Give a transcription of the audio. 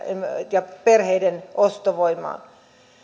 ja perheiden ostovoimaa thl